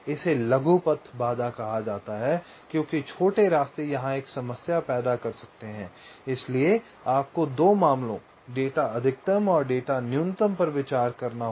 इसे लघु पथ बाधा कहा जाता है क्योंकि छोटे रास्ते यहां एक समस्या पैदा कर सकते हैं इसलिए आपको 2 मामलों डेल्टा अधिकतम और डेल्टा न्यूनतम पर विचार करना होगा